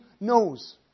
knows